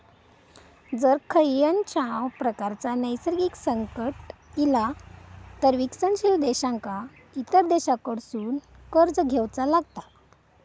जर खंयच्याव प्रकारचा नैसर्गिक संकट इला तर विकसनशील देशांका इतर देशांकडसून कर्ज घेवचा लागता